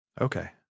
Okay